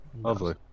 Lovely